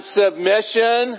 submission